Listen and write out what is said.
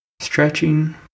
stretching